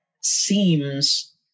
seems